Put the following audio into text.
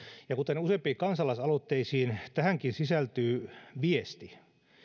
kuten useimpiin kansalaisaloitteisiin tähänkin sisältyy viesti